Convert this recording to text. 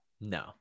No